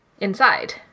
inside